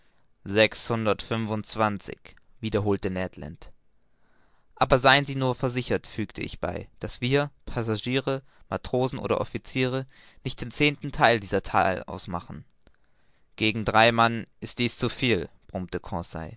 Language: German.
ned aber seien sie nur versichert fügte ich bei daß wir passagiere matrosen oder officiere nicht den zehnten theil dieser zahl ausmachen gegen drei mann ist dies zu viel brummte